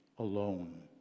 Alone